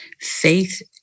faith